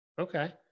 Okay